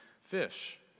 fish